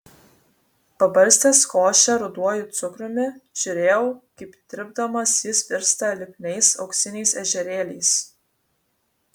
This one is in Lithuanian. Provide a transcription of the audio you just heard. pabarstęs košę ruduoju cukrumi žiūrėjau kaip tirpdamas jis virsta lipniais auksiniais ežerėliais